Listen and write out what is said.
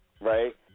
right